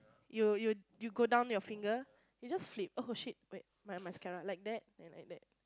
you you go down your finger you just flip oh shit wait my mascara like that and like that